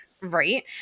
right